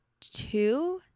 two